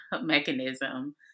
mechanism